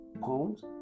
poems